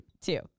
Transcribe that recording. Two